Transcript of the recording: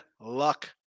luck